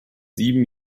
sieben